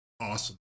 awesome